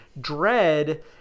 dread